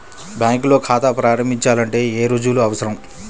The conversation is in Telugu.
బ్యాంకులో ఖాతా ప్రారంభించాలంటే ఏ రుజువులు అవసరం?